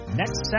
next